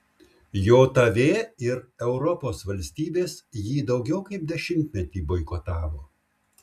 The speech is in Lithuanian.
jav ir europos valstybės jį daugiau kaip dešimtmetį boikotavo